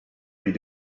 vis